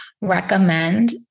recommend